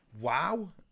wow